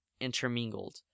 intermingled